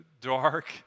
dark